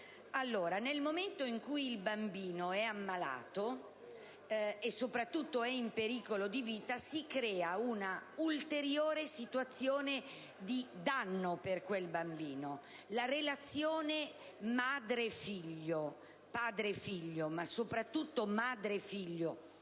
Nel momento in cui il bambino è ammalato, e soprattutto se è in pericolo di vita, si crea un'ulteriore situazione di danno: la relazione madre‑figlio e padre‑figlio ma soprattutto madre-figlio,